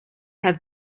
have